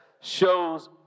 shows